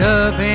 up